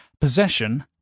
Possession